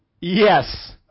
Yes